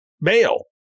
bail